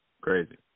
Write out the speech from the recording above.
crazy